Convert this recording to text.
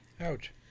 Ouch